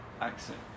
accent